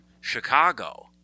Chicago